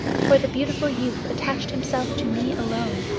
for the beautiful youth attached himself to me alone,